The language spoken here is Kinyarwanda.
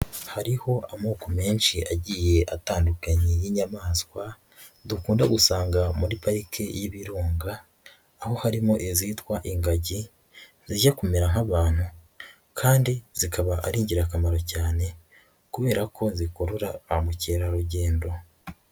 Hariho amoko menshi agiye atandukanye y'inyamaswa, dukunda gusanga muri pariki y'ibirunga, aho harimo izitwa ingagi, zijya kumera nk'abantu, kandi zikaba ari ingirakamaro cyane kubera ko zikurura ba mukerarugendo.